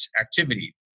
activity